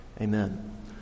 Amen